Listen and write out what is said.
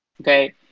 Okay